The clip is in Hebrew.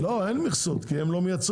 -- לא אין מכסות כי הם לא מייצרים.